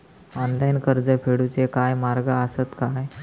Online कर्ज फेडूचे काय मार्ग आसत काय?